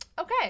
Okay